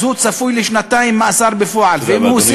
אז הוא צפוי לשנתיים מאסר בפועל, תודה רבה, אדוני.